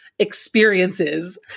experiences